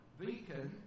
beacon